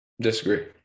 disagree